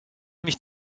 mich